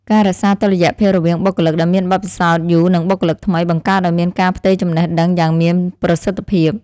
ការរក្សាតុល្យភាពរវាងបុគ្គលិកដែលមានបទពិសោធន៍យូរនិងបុគ្គលិកថ្មី បង្កើតឱ្យមានការផ្ទេរចំណេះដឹងយ៉ាងមានប្រសិទ្ធភាព។